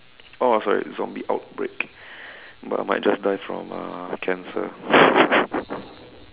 oh uh sorry zombie outbreak but might just die from uh cancer